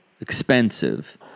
expensive